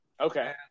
Okay